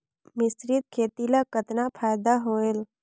मिश्रीत खेती ल कतना फायदा होयल?